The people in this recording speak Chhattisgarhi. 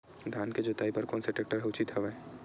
धान के जोताई बर कोन से टेक्टर ह उचित हवय?